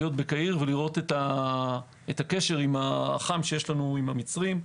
בקהיר ולראות את הקשר החם שיש לנו עם המצרים.